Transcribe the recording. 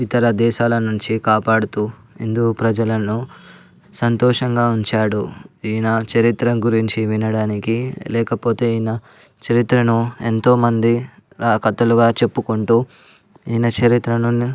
ఇతర దేశాల నుంచి కాపాడుతూ హిందూ ప్రజలను సంతోషంగా ఉంచాడు ఈయన చరిత్ర గురించి వినడానికి లేకపోతే ఈయన చరిత్రను ఎంతోమంది ఆ కథలుగా చెప్పుకుంటూ ఈయన చరిత్రను